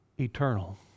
eternal